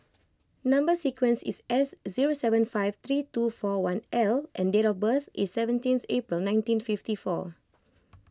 Number Sequence is S zero seven five three two four one L and date of birth is seventeen April nineteen fifty four